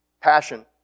passion